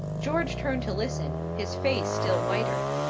george turned to listen, his face still whiter.